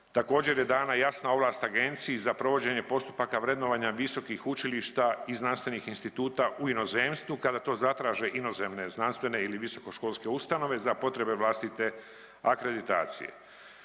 također je dana jasna ovlast Agenciji za provođenje postupaka vrednovanja visokih učilišta i znanstvenih instituta u inozemstvu kada to zatraže inozemne znanstvene ili visokoškolske ustanove za potrebe vlastite akreditacije.